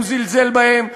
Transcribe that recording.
הוא זלזל בהם,